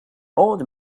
old